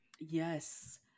Yes